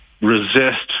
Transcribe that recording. resist